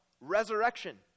resurrection